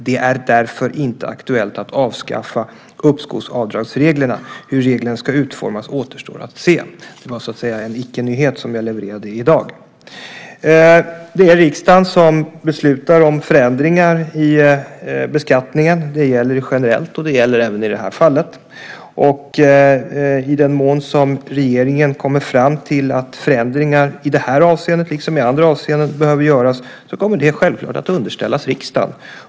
Det är därför inte aktuellt att avskaffa uppskovsavdragsreglerna. Hur reglerna ska utformas återstår att se. Det var en icke-nyhet jag levererade i dag. Det är riksdagen som beslutar om förändringar i beskattningen. Det gäller generellt, och det gäller även i det här fallet. I den mån regeringen kommer fram till att förändringar i det avseendet liksom i andra avseenden behöver göras, kommer det självklart att underställas riksdagen.